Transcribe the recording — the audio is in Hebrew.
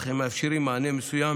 אך הם מאפשרים מענה מסוים